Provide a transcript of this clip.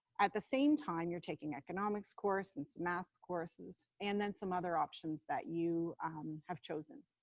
at the same time, you're taking economics course, and so math courses, and then some other options that you have chosen.